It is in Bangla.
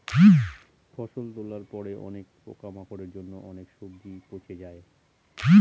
ফসল তোলার পরে অনেক পোকামাকড়ের জন্য অনেক সবজি পচে যায়